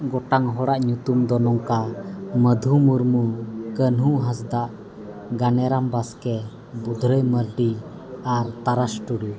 ᱢᱚᱬᱮ ᱜᱚᱴᱟᱝ ᱦᱚᱲᱟᱜ ᱧᱩᱛᱩᱢ ᱫᱚ ᱱᱚᱝᱠᱟ ᱢᱟᱫᱷᱩ ᱢᱩᱨᱢᱩ ᱠᱟᱹᱱᱦᱩ ᱦᱟᱸᱥᱫᱟ ᱜᱟᱱᱮᱨᱟᱢ ᱵᱟᱥᱠᱮ ᱵᱩᱫᱷᱨᱟᱭ ᱢᱟᱨᱰᱤ ᱟᱨ ᱛᱟᱨᱟᱥ ᱴᱩᱰᱩ